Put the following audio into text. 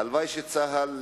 הלוואי שצה"ל,